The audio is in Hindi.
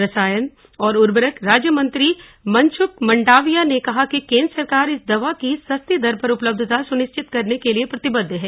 रसायन और उर्वरक राज्य मंत्री मनसुख मंडाविया ने कहा है कि केंद्र सरकार इस दवा की सस्ती दर पर उपलब्धता सुनिश्चित करने के लिए प्रतिबद्ध है